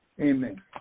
Amen